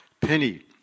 penny